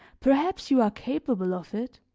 perhaps you are capable of it